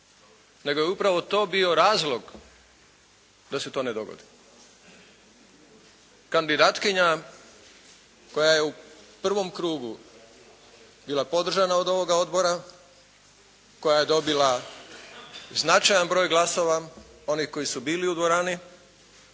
nego je upravo to bio razlog da se to ne dogodi. Kandidatkinja koja je u prvom krugu bila podržana od ovog odbora, koja je dobila značajan broj glasova onih koji su bili u dvorani